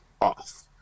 off